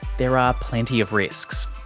there are plenty of risks.